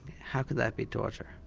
how can that be torture?